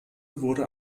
wurde